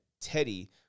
Teddy